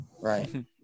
right